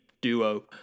duo